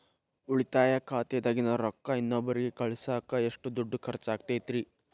ಉಳಿತಾಯ ಖಾತೆದಾಗಿನ ರೊಕ್ಕ ಇನ್ನೊಬ್ಬರಿಗ ಕಳಸಾಕ್ ಎಷ್ಟ ದುಡ್ಡು ಖರ್ಚ ಆಗ್ತೈತ್ರಿ?